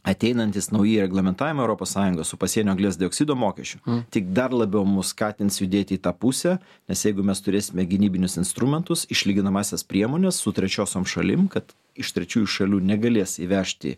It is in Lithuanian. ateinantys nauji reglamentavimai europos sąjungos su pasienio anglies dioksido mokesčiu tik dar labiau mus skatins judėti į tą pusę nes jeigu mes turėsime gynybinius instrumentus išlyginamąsias priemones su trečiosiom šalim kad iš trečiųjų šalių negalės įvežti